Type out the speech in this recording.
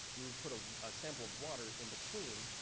and you put a ah sample of water in between.